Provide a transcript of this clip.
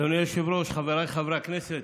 אדוני היושב-ראש, חבריי חברי הכנסת,